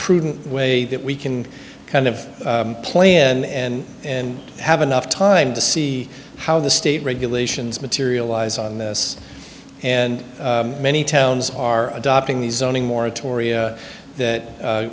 prudent way that we can kind of play and and have enough time to see how the state regulations materialize on this and many towns are adopting the zoning moratoria that